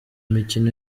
mikino